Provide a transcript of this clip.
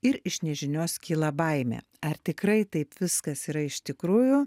ir iš nežinios kyla baimė ar tikrai taip viskas yra iš tikrųjų